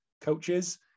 coaches